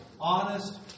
honest